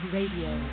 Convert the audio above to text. Radio